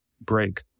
break